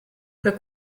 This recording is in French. peut